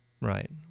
right